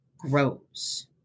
grows